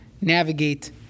navigate